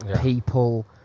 people